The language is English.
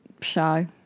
show